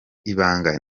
ibanga